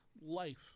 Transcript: life